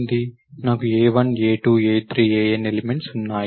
నాకు a1 a2 a3 an elements ఉన్నాయి